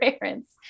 parents